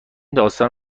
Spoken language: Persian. داستان